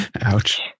Ouch